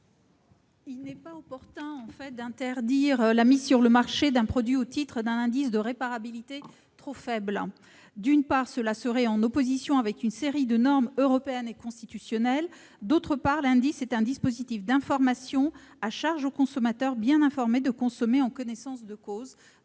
Il n'est pas opportun d'interdire la mise sur le marché d'un produit au motif qu'il présente un indice de réparabilité trop faible. D'une part, cette mesure serait en contradiction avec une série de normes européennes et constitutionnelles ; d'autre part, l'indice est un dispositif d'information : à charge pour les consommateurs bien informés de consommer en connaissance de cause.